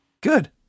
Good